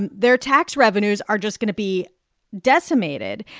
and their tax revenues are just going to be decimated.